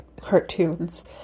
cartoons